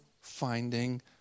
finding